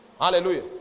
hallelujah